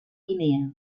guinea